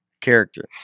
character